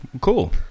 Cool